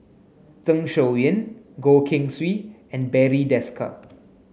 Zeng Shouyin Goh Keng Swee and Barry Desker